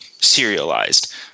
serialized